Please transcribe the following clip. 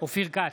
אופיר כץ,